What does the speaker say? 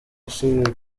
gusibanganya